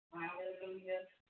Hallelujah